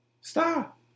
Stop